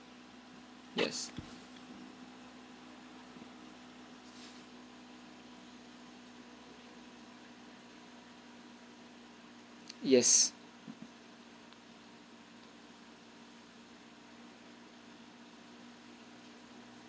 yes yes